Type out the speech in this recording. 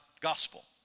gospel